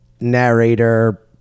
narrator